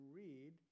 read